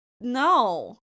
No